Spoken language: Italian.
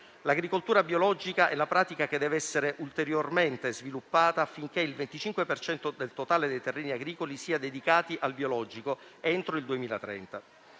L'agricoltura biologica è la pratica che deve essere ulteriormente sviluppata affinché il 25 per cento del totale dei terreni agricoli sia dedicato al biologico entro il 2030.